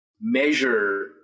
measure